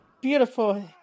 Beautiful